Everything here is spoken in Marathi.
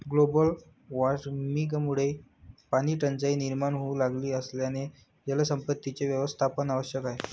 ग्लोबल वॉर्मिंगमुळे पाणीटंचाई निर्माण होऊ लागली असल्याने जलसंपत्तीचे व्यवस्थापन आवश्यक आहे